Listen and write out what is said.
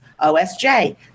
OSJ